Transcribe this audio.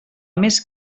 més